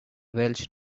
welsh